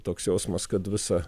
toks jausmas kad visa